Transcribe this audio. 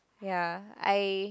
ya I